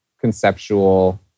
conceptual